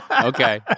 okay